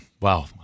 Wow